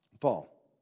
fall